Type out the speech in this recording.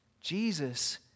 Jesus